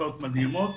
תוצאות מדהימות,